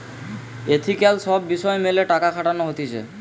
ethical সব বিষয় মেলে টাকা খাটানো হতিছে